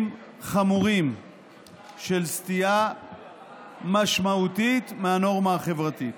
חמורים של סטייה משמעותית מהנורמה החברתית.